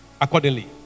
accordingly